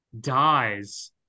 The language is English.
dies